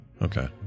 Okay